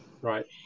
right